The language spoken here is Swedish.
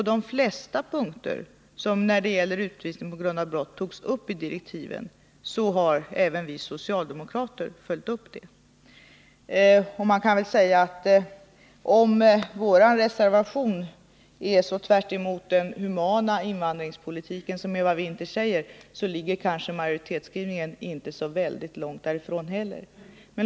De flesta punkter som togs upp i direktiven har även vi socialdemokrater följt upp. Om vår reservation är så tvärtemot den humana invandringspolitik som Eva Winther säger, ligger kanske majoritetslinjen inte heller så långt därifrån.